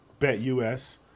BetUS